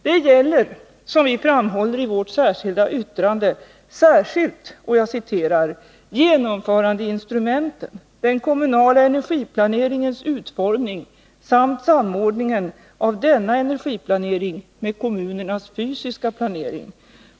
Det gäller, som vi framhåller i vårt särskilda - yttrande, särskilt ”genomförandeinstrumenten, den kommunala energiplaneringens utformning samt samordningen av denna energiplanering med kommunernas fysiska planering.